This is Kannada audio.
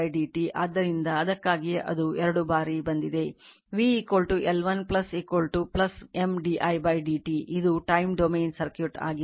ಆದ್ದರಿಂದ ಅದಕ್ಕಾಗಿಯೇ ಅದು ಎರಡು ಬಾರಿ ಬಂದಿದೆ v L1 M di dt ಇದು time ಡೊಮೇನ್ ಸರ್ಕ್ಯೂಟ್ ಆಗಿದೆ